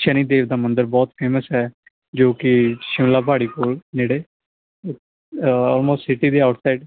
ਸ਼ਨੀਦੇਵ ਦਾ ਮੰਦਰ ਬਹੁਤ ਫੇਮਸ ਹੈ ਜੋ ਕਿ ਸ਼ਿਮਲਾ ਪਹਾੜੀ ਕੋਲ ਨੇੜੇ ਆਲਮੋਸਟ ਸਿਟੀ ਦੇ ਆਊਟ ਸਾਈਡ